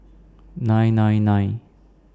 nine nine nine